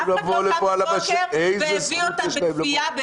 אף אחד לא קם בבוקר והביא אותם בכפייה.